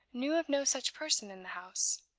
knew of no such person in the house.